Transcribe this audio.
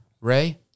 Ray